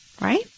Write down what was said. right